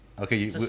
Okay